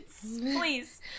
Please